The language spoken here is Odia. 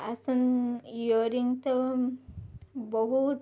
ଆଉ ସେ ଇୟରିଙ୍ଗ୍ ତ ବହୁତ